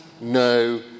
no